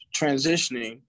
transitioning